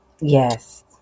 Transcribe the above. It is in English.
Yes